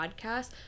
podcast